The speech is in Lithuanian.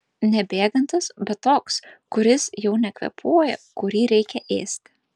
ne bėgantis bet toks kuris jau nekvėpuoja kurį reikia ėsti